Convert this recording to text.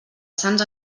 sants